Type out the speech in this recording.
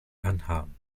unharmed